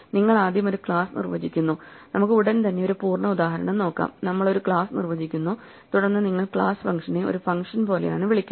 നിങ്ങൾ ആദ്യം ഒരു ക്ലാസ് നിർവചിക്കുന്നു നമുക്ക് ഉടൻ തന്നെ ഒരു പൂർണ്ണ ഉദാഹരണം നോക്കാം നമ്മൾ ഒരു ക്ലാസ് നിർവചിക്കുന്നു തുടർന്ന് നിങ്ങൾ ക്ലാസ് ഫംഗ്ഷനെ ഒരു ഫംഗ്ഷൻ പോലെയാണ് വിളിക്കുന്നത്